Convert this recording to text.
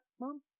Mom